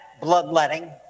bloodletting